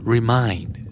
Remind